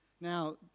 now